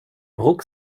ruck